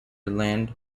land